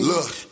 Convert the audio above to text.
Look